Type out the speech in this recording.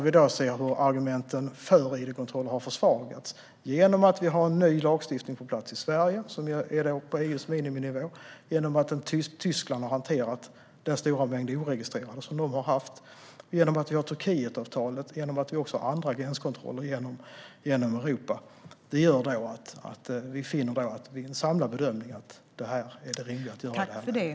Vi ser att argumentet för id-kontroller har försvagats genom att vi har en ny lagstiftning på plats i Sverige, som ligger på EU:s miniminivå, genom att Tyskland har hanterat den stora mängd oregistrerade som de har haft, genom att vi har Turkietavtalet och genom att vi har andra gränskontroller genom Europa. Detta gör att vi i en samlad bedömning finner att detta är det rimliga att göra i det här läget.